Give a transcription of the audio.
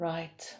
Right